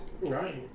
right